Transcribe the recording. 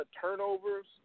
turnovers